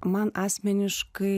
man asmeniškai